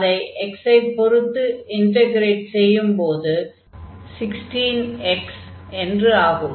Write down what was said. அதை x ஐ பொருத்து இன்டக்ரேட் செய்யும் போது 16x என்று ஆகும்